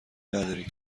نداری